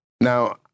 now